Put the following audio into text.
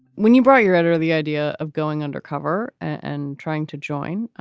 when you brought your editor, the idea of going undercover and trying to join,